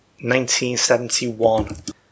1971